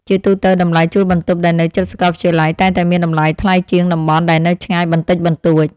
ជាទូទៅ តម្លៃជួលបន្ទប់ដែលនៅជិតសាកលវិទ្យាល័យតែងតែមានតម្លៃថ្លៃជាងតំបន់ដែលនៅឆ្ងាយបន្តិចបន្តួច។